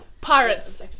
Pirates